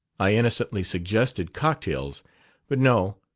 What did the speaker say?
i innocently suggested cocktails but, no.